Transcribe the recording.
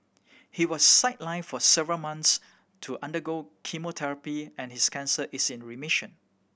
he was sidelined for several months to undergo chemotherapy and his cancer is in remission